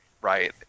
right